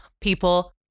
people